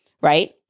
right